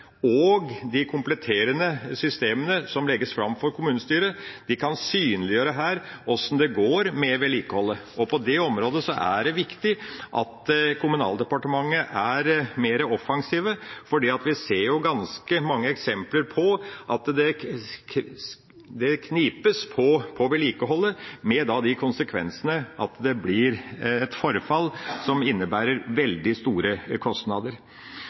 og de kompletterende systemene som legges fram for kommunestyret, kan synliggjøre hvordan det går med vedlikeholdet, og på det området er det viktig at Kommunaldepartementet er mer offensiv, for vi ser ganske mange eksempler på at det knipes på vedlikeholdet med de konsekvensene at det blir et forfall som innebærer veldig store kostnader.